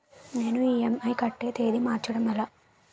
నేను ఇ.ఎం.ఐ కట్టే తేదీ మార్చడం ఎలా?